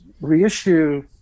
reissue